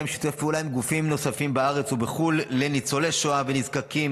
המשרד מקיים שיתופי פעולה עם גופים בארץ ובחו"ל לניצולי שואה ונזקקים,